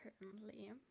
currently